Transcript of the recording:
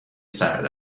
سرد